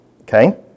Okay